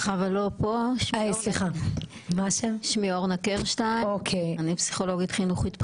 אני פסיכולוגית חינוכית בכירה,